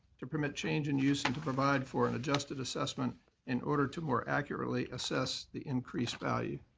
to permit change in use, and to provide for an adjusted assessment in order to more accurately assess the increased value.